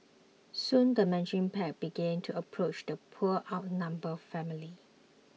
soon the mention pack began to approach the poor outnumbered family